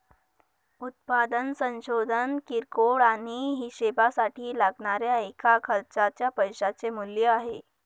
उत्पादन संशोधन किरकोळ आणि हीशेबासाठी लागणाऱ्या एका खर्चाच्या पैशाचे मूल्य आहे